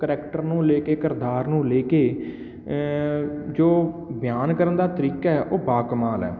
character ਨੂੰ ਲੈ ਕੇ ਕਿਰਦਾਰ ਨੂੰ ਲੈ ਕੇ ਜੋ ਬਿਆਨ ਕਰਨ ਦਾ ਤਰੀਕਾ ਹੈ ਉਹ ਬਾ ਕਮਾਲ ਹੈ